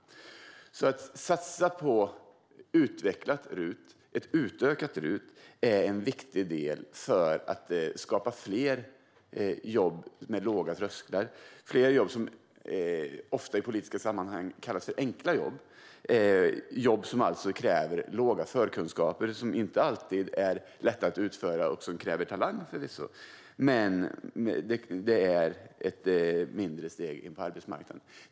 Att satsa på ett utvecklat och utökat RUT är viktigt för att skapa jobb med låga trösklar, det vill säga fler jobb som i politiska sammanhang ofta kallas enkla jobb. Det är jobb som kräver låga förkunskaper men som inte alltid är lätta att utföra och som förvisso kräver talang. De innebär ett mindre steg in på arbetsmarknaden.